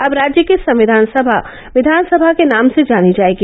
अब राज्य की संविधान सभा विधान सभा के नाम से जानी जायेगी